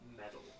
metal